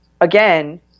again